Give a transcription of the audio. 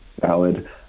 valid